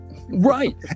Right